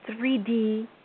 3D